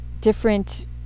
different